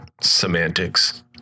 Semantics